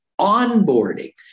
onboarding